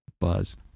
Buzz